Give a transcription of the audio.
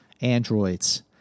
androids